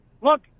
Look